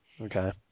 Okay